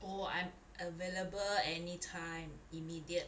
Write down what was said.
oh I'm available anytime immediate